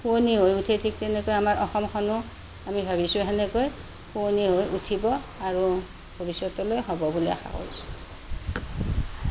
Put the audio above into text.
শুৱনি হৈ উঠে ঠিক তেনেকৈ আমাৰ অসমখনো আমি ভাৱিছো সেনেকৈ শুৱনি হৈ উঠিব আৰু ভৱিষ্যতলৈ হ'ব বুলি আশা কৰিছোঁ